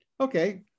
okay